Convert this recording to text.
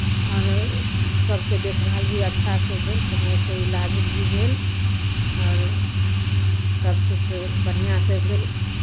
आओर सभके देखभाल भी अच्छासँ भेल समयसँ इलाज भी भेल आओर सभकिछु बढ़िआँसँ भेल